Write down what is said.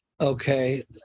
Okay